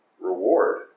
reward